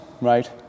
Right